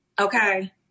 okay